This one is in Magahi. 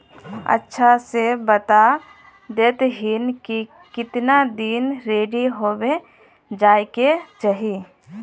अच्छा से बता देतहिन की कीतना दिन रेडी होबे जाय के चही?